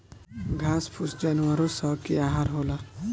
घास फूस जानवरो स के आहार होला